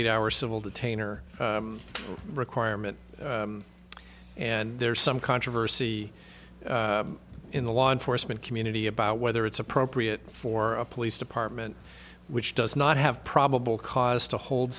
eight hour civil detainer requirement and there's some controversy in the law enforcement community about whether it's appropriate for a police department which does not have probable cause to hold